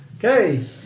Okay